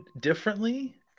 differently